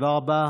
תודה רבה.